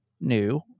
new